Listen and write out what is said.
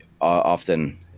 often